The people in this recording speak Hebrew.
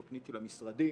תכנית של המשרדים,